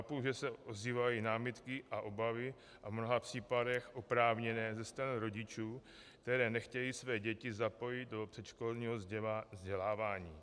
Chápu, že se ozývají námitky a obavy, a v mnoha případech oprávněné, ze strany rodičů, kteří nechtějí své děti zapojit do předškolního vzdělávání.